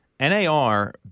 NAR